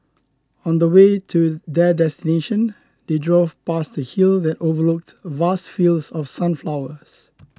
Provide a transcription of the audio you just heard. on the way to their destination they drove past a hill that overlooked vast fields of sunflowers